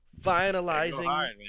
Finalizing